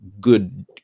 good